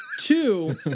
Two